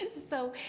and so